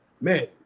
man